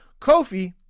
Kofi